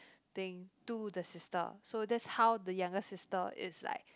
thing to the sister so that's how the younger sister is like